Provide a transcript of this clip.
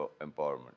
empowerment